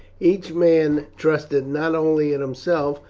each man trusted not only in himself,